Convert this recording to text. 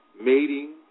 mating